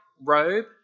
robe